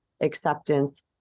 acceptance